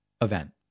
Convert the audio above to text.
event